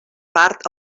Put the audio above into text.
part